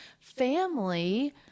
family